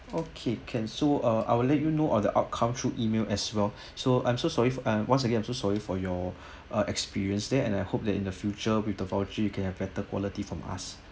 okay can so uh I'll let you know on the outcome through email as well so I'm so sorry uh once again I'm so sorry for your uh experience there and I hope that in the future with the voucher you can have better quality from us